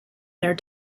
their